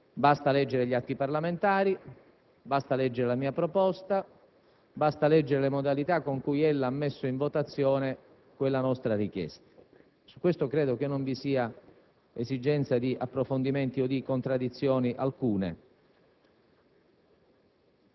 Basta leggere gli atti parlamentari, la mia proposta, le modalità con cui ella ha messo in votazione quella nostra richiesta. Su questo credo non vi sia esigenza di approfondimenti né contraddizione alcuna.